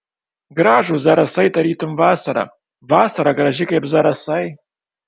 gražūs zarasai tarytum vasara vasara graži kaip zarasai